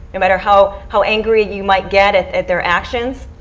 no matter how how angry you might get at at their actions,